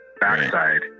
backside